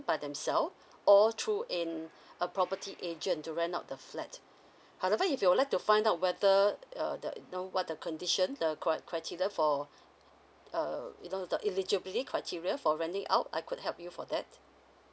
by themselves or through an a property agent to rent out the flat otherwise if you would like to find out whether err the you know what the conditions the cri~ criteria for err you know the eligibility criteria for renting out I could help you for that